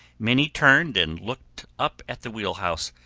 many turned and looked up at the wheelhouse,